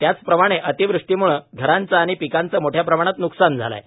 त्याचप्रमाणे अतिवृष्टिमूळे घरांचे आणि पिकांचे मोठया प्रमाणात न्कसान झाले आहे